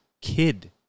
kid